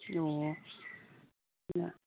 ꯑꯣ ꯑꯥ